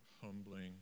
humbling